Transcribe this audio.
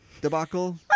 debacle